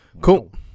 Cool